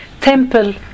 temple